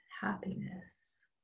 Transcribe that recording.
happiness